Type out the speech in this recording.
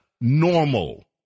normal